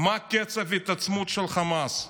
מה קצב ההתעצמות של חמאס?